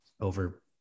over